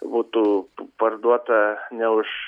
būtų parduota ne už